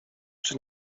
czy